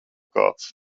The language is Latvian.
kāds